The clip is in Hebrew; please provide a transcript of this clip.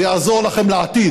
זה יעזור לכם לעתיד,